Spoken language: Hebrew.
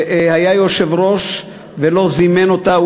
שהיה יושב-ראש ולא זימן אותה,